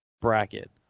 bracket